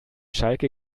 schalke